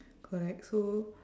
correct so